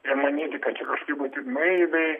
ir manyti kad čia kažkaip matyt naiviai